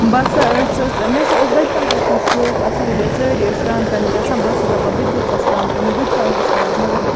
بہٕ ہَسا ٲسٕس مےٚ ہَسا اوس بَچپَن پیٹھٕے شوق آسان ییٚلہِ حظ سٲری ٲسۍ سران کَرنہٕ گَژھان بہٕ ٲسٕس دَپان بہٕ تہٕ گَژھہٕ ہا سران کَرنہٕ بہٕ تہِ وایہِ ہا سرانٛٹھ مگر